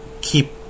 keep